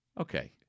Okay